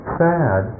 sad